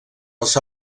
els